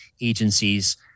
agencies